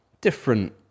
different